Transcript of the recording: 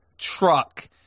Truck